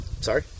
Sorry